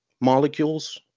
molecules